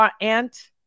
aunt